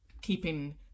keeping